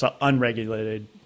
unregulated